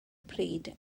pryd